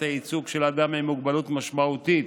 הייצוג של אדם עם מוגבלות משמעותית,